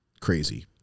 Crazy